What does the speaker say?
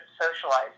socialize